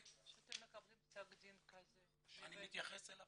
כשאתם מקבלים פסק דין כזה --- אני מתייחס אליו